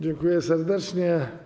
Dziękuję serdecznie.